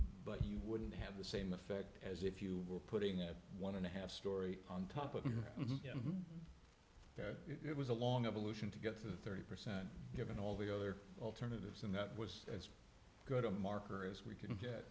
but you wouldn't have the same effect as if you were putting at one and a half story on top of him it was a long evolution to get to thirty percent given all the other alternatives and that was go to mark or as we can get